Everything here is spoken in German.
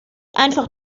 einfach